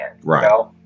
Right